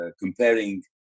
comparing